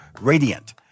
Radiant